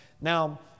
Now